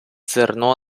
зерно